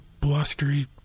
blustery